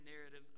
narrative